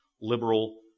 liberal